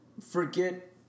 forget